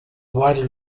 widely